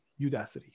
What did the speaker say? Udacity